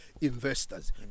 investors